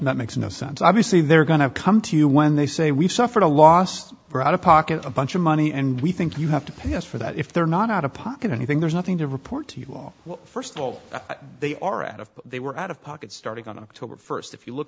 that makes no sense obviously they're going to come to you when they say we've suffered a loss we're out of pocket a bunch of money and we think you have to pay us for that if they're not out of pocket anything there's nothing to report to you all first of all they are out of they were out of pocket starting on october first if you look